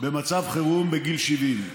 במצב חירום בגיל 70,